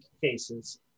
cases